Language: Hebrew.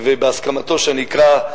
ובהסכמתו שאני אקרא,